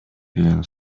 деген